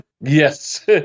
Yes